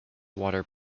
water